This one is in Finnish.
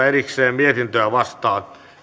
erikseen mietintöä vastaan